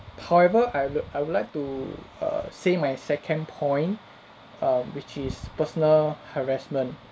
however I would I would like to err say my second point err which is personal harassment